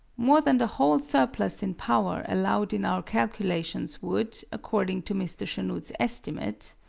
more than the whole surplus in power allowed in our calculations would, according to mr. chanute's estimate,